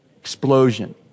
Explosion